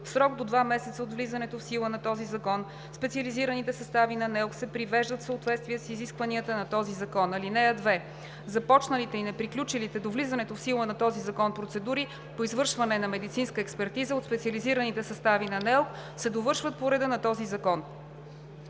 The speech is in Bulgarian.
В срок до два месеца от влизането в сила на този закон специализираните състави на НЕЛК се привеждат в съответствие с изискванията на този закон. (2) Започналите и неприключилите до влизането в сила на този закон процедури по извършване на медицинска експертиза от специализираните състави на НЕЛК се довършват по реда на този закон.“